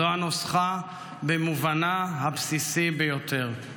זו הנוסחה במובנה הבסיסי ביותר.